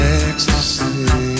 ecstasy